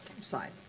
side